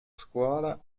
scuola